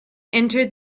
entered